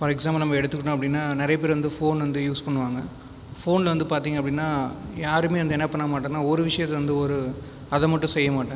for example நம்ம எடுத்துக்கிட்டோம் அப்படின்னா நிறைய பேர் வந்து ஃபோன் வந்து யூஸ் பண்ணுவாங்க ஃபோனில் இருந்து பார்த்தீங்க அப்படின்னா யாருமே வந்து என்ன பண்ண மாட்டோம்னால் ஒரு விஷயத்தை வந்து ஒரு அத மட்டும் செய்ய மாட்டோம்